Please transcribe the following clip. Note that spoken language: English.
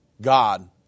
God